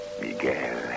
Miguel